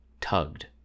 tugged